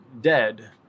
dead